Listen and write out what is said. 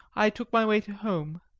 i took my way to home.